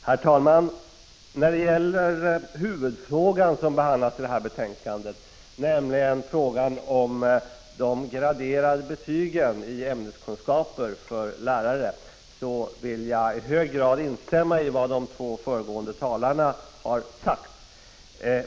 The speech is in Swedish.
Herr talman! När det gäller huvudfrågan i detta ärende, de graderade betygen i ämneskunskaper för lärare, vill jag helt instämma i vad de två föregående talarna har sagt.